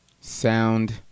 sound